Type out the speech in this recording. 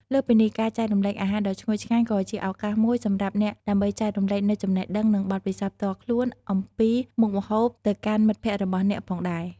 លើសពីនេះ ការចែករំលែកអាហារដ៏ឈ្ងុយឆ្ងាញ់ក៏ជាឱកាសមួយសម្រាប់អ្នកដើម្បីចែករំលែកនូវចំណេះដឹងនិងបទពិសោធន៍ផ្ទាល់ខ្លួនអំពីមុខម្ហូបទៅកាន់មិត្តភក្តិរបស់អ្នកផងដែរ។